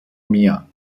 mia